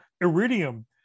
Iridium